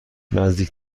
نزدیک